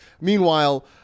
Meanwhile